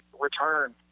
return